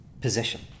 position